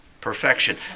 perfection